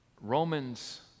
Romans